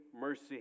mercy